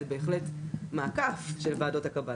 זה בהחלט מעקף של ועדות הקבלה.